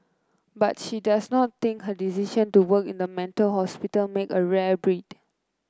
but she does not think her decision to work in the mental hospital make her a rare breed